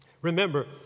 Remember